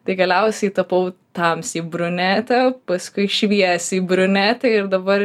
tai galiausiai tapau tamsiai brunetė paskui šviesiai briunetė ir dabar